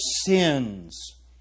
sins